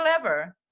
clever